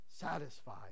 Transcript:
satisfied